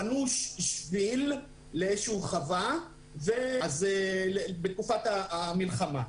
בנו שביל לאיזושהי חווה בתקופת המלחמה.